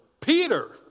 Peter